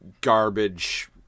garbage